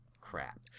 crap